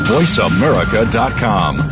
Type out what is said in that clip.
VoiceAmerica.com